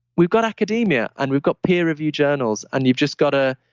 we've got academia and we've got peer review journals and you've just got to